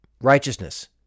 Righteousness